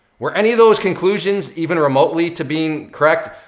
were any of those conclusions even remotely to being correct?